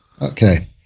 Okay